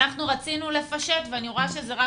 אנחנו רצינו לפשט ואני רואה שזה רק